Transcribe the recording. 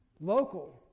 local